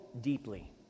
deeply